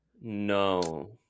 No